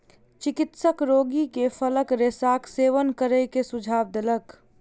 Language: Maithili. चिकित्सक रोगी के फलक रेशाक सेवन करै के सुझाव देलक